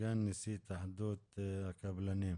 סגן נשיא התאחדות הקבלנים.